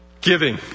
giving